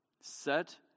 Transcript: Set